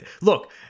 Look